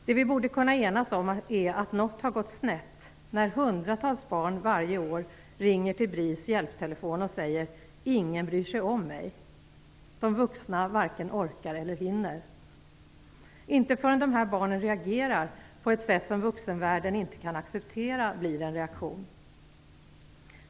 Det vi borde kunna enas om är att något har gått snett när hundratals barn varje år ringer till BRIS hjälptelefon och säger: Ingen bryr sig om mig. De vuxna varken orkar eller hinner. Inte förrän dessa barn reagerar på ett sätt som vuxenvärlden inte kan acceptera blir det en reaktion.